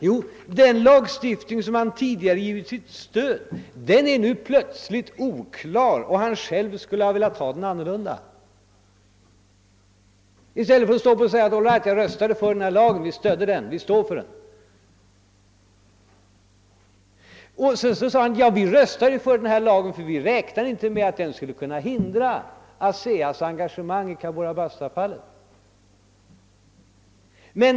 Jo, han säger att den lagstiftning som han tidigare gett sitt stöd nu plötsligt är oklar och att han själv skulle ha velat ha den annorlunda. Vidare säger han att man röstade för denna lag därför att man inte räknade med att den skulle hindra ASEA:s engagemang i Cabora Bassa-projektet.